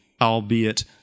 albeit